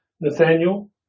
Nathaniel